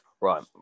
right